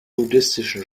buddhistischen